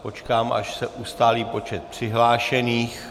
Počkám, až se ustálí počet přihlášených.